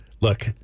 Look